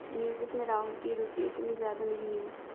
music में राहुल की रुचि इतनी ज्यादा नहीं है